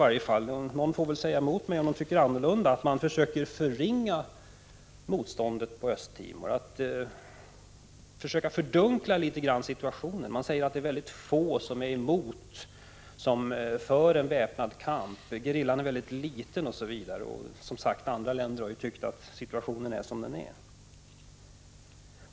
Jag tycker att man i utskottsbetänkandet, de som har en annan uppfattning får säga emot mig, försöker förringa motståndet på Östra Timor, man försöker fördunkla situationen litet grand. Man säger att mycket få människor är emot systemet och för en väpnad kamp. Man säger vidare att gerillan är mycket liten och att många länder säger att situationen är som den är.